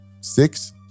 six